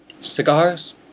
Cigars